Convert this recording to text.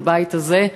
בבית הזה,